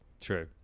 True